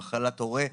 למחלת הורה,